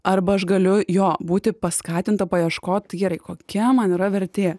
arba aš galiu jo būti paskatinta paieškot gerai kokia man yra vertė